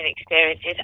experiences